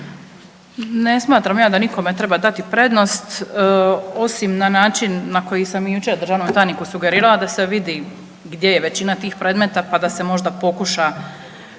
Ne smatram ja da nikome treba dati prednost osim na način na koji sam jučer državnom tajniku sugerirala da se vidi gdje je većina tih predmeta, pa da se možda pokuša,